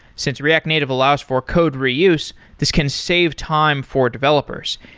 since react native allows for code reuse, this can save time for developers,